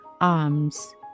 arms